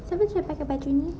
siapa suruh pakai baju ni